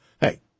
Hey